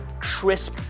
crisp